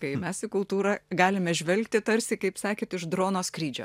tai mes į kultūrą galime žvelgti tarsi kaip sakėt iš drono skrydžio